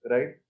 Right